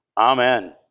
Amen